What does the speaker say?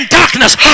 darkness